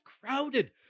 crowded